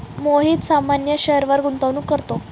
मोहित सामान्य शेअरवर गुंतवणूक करतो